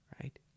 right